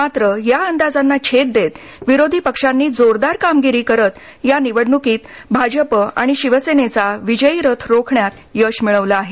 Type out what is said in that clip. मात्र या अंदाजांना छेद देत विरोधी पक्षांनी जोरदार कामगिरी करत या निवडण्कीत भाजप आणि शिवसेनेचा विजयी रथ रोखण्यात यश मिळवलं आहे